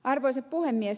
arvoisa puhemies